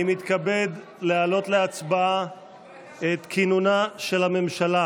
אני מתכבד להעלות להצבעה את כינונה של הממשלה.